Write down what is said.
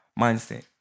mindset